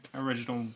original